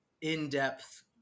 in-depth